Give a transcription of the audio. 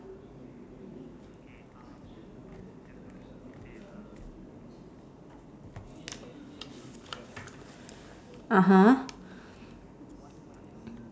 correct